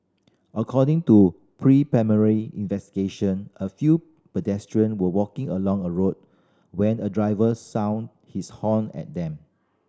according to preliminary investigation a few pedestrian were walking along a road when a driver sounded his horn at them